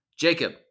Jacob